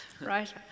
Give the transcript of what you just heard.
Right